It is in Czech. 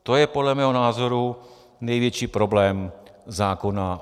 To je podle mého názoru největší problém zákona o EET.